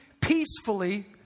peacefully